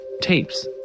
Tapes